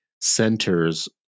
centers